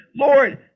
Lord